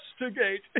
investigate